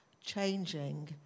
changing